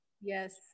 yes